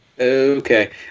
Okay